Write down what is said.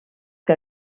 que